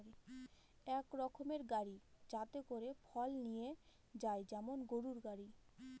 এক রকমের গাড়ি যাতে করে ফল নিয়ে যায় যেমন গরুর গাড়ি